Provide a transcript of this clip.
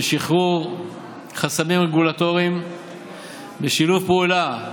לקרוא למי שצריך לבוא.